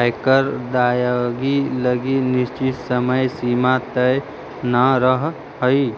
एकर अदायगी लगी निश्चित समय सीमा तय न रहऽ हइ